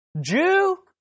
Jew